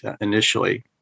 initially